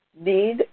need